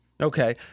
Okay